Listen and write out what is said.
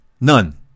none